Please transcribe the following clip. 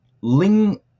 Ling